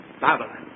Babylon